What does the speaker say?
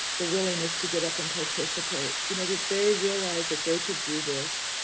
the willingness to get up and participate, you know that they realized that they could do this.